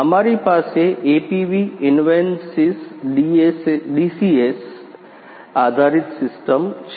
અમારી પાસે APV Invensys DCS આધારિત સિસ્ટમ છે